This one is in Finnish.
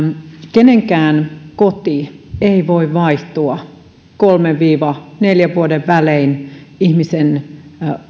kenenkään koti ei voi vaihtua kolmen viiva neljän vuoden välein ihmisen